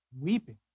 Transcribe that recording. weeping